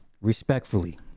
respectfully